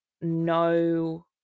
no